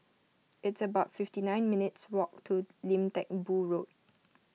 it's about fifty nine minutes' walk to Lim Teck Boo Road